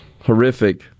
Horrific